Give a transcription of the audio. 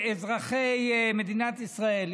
אזרחי מדינת ישראל,